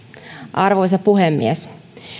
arvoisa puhemies